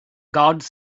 gods